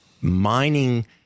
mining